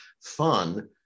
fun